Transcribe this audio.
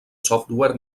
software